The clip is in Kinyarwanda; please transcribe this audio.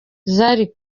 zari